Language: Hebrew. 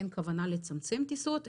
אין כוונה לצמצם טיסות,